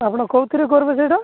ଆପଣ କୋଉଥିରେ କରିବେ ସେଇଟା